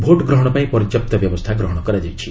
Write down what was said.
vote ଗ୍ରହଣ ପାଇଁ ପର୍ଯ୍ୟାପ୍ତ ବ୍ୟବସ୍ଥା ଗ୍ରହଣ କରାଯାଇଛି